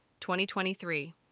2023